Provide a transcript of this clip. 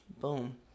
Boom